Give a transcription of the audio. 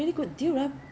so international